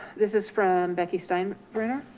this is from becky steinbrenner,